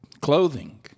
Clothing